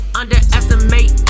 underestimate